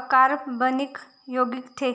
अकार्बनिक यौगिक थे